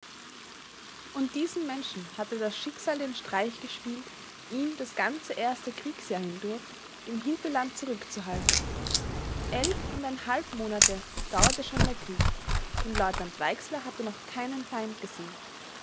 und diesem menschen hatte das schicksal den streich gespielt ihn das ganze erste kriegsjahr hindurch im hinterland zurückzuhalten elf und ein halb monate dauerte schon der krieg und leutnant weixler hatte noch keinen feind gesehen